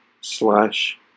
slash